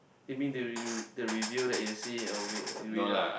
it mean the you the review that you see or read you read out